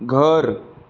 घर